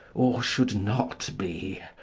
or should not be,